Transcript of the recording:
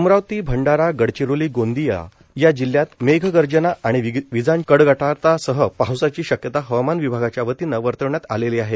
अमरावती भंडारा गडचिरोली गोंदिया या जिल्ह्यात मेघ गर्जना आणि विजांच्या कडकडाटांसह पावसाची शक्यता हवामान विभागाच्यावतीन वर्तविण्यात आलेली आहे